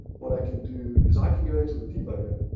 what i can do is i can go into the debugger.